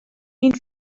این